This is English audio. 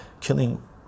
killing